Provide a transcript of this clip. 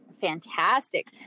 Fantastic